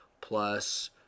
plus